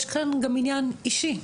יש כאן גם עניין אישי,